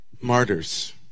martyrs